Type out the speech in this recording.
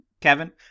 Kevin